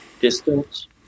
distance